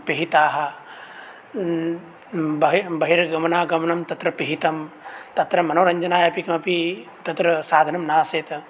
पिहिताः बहिर्गमनागमनं तत्र पिहितं तत्र मनोरञ्जनाय अपि किमपि तत्र साधनं नासीत्